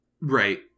Right